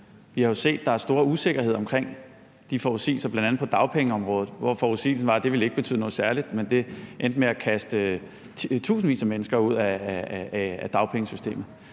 Vi har jo set, at der er store usikkerheder omkring de forudsigelser, bl.a. på dagpengeområdet, hvor forudsigelsen var, at det ikke ville betyde noget særligt. Men det endte med at kaste tusindvis af mennesker ud af dagpengesystemet.